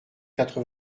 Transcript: quatre